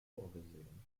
vorgesehen